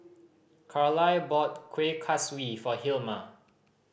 Carlyle bought Kueh Kaswi for Hilma